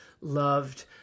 loved